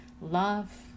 love